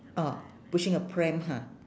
oh pushing a pram ha